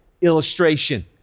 illustration